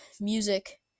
music